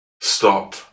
stop